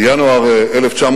בינואר 1996